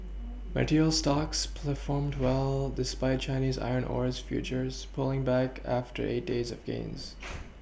materials stocks performed well despite Chinese iron ores futures pulling back after eight days of gains